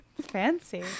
fancy